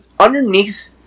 Underneath